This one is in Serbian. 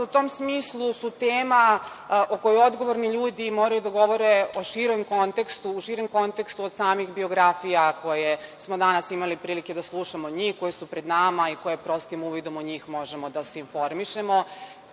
u tom smislu, tema su o kojoj odgovorni ljudi moraju da govore u širem kontekstu od samih biografija koje smo danas imali prilike da slušamo, koje su pred nama i prostim uvidom u njih možemo da se informišemo.